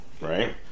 right